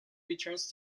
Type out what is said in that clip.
returns